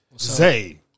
Zay